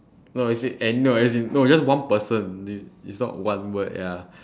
no is it and no as in no just one person is not one word ya